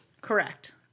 Correct